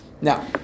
Now